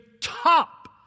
top